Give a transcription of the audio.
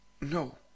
No